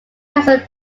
casual